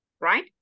Right